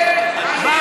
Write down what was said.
תגיד: אני רוצה